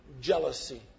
jealousy